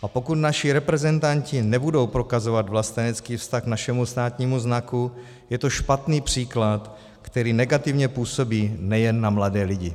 A pokud naši reprezentanti nebudou prokazovat vlastenecký vztah k našemu státnímu znaku, je to špatný příklad, který negativně působí nejen na mladé lidi.